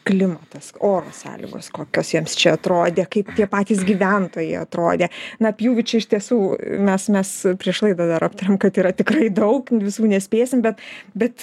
klimatas oro sąlygos kokios jiems čia atrodė kaip tie patys gyventojai atrodė na pjūvių čia iš tiesų mes mes prieš laidą dar aptarėm kad yra tikrai daug visų nespėsim bet bet